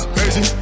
Crazy